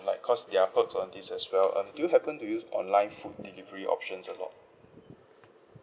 like cause there are perks on this as well um do you happen to use online food delivery options a lot